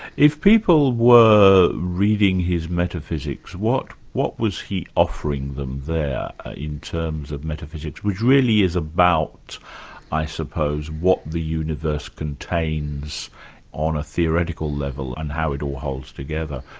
if people were reading his metaphysics, what what was he offering them there in terms of metaphysics, which really is about i suppose what the universe contains on a theoretical level, and how it all holds together.